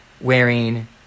wearing